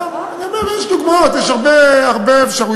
אני אומר שיש דוגמאות, יש הרבה אפשרויות,